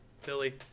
Philly